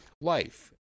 life